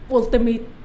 ultimate